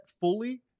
fully